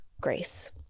grace